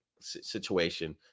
situation